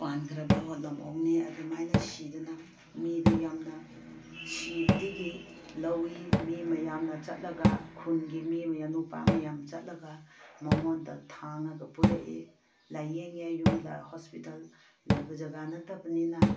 ꯄꯥꯟꯈ꯭ꯔꯕ ꯂꯝꯑꯣꯛꯅꯤ ꯑꯗꯨꯃꯥꯏꯅ ꯁꯤꯗꯅ ꯃꯤꯗꯨ ꯌꯥꯝꯅ ꯁꯤꯕꯗꯒꯤ ꯂꯧꯋꯤ ꯃꯤ ꯃꯌꯥꯝꯅ ꯆꯠꯂꯒ ꯈꯨꯟꯒꯤ ꯃꯤ ꯃꯌꯥꯝ ꯅꯨꯄꯥ ꯃꯌꯥꯝ ꯆꯠꯂꯒ ꯃꯉꯣꯟꯗ ꯊꯥꯡꯉꯒ ꯄꯨꯔꯛꯏ ꯂꯥꯏꯌꯦꯡꯉꯦ ꯌꯨꯝꯗ ꯍꯣꯁꯄꯤꯇꯥꯜ ꯂꯩꯕ ꯖꯒꯥ ꯅꯠꯇꯕꯅꯤꯅ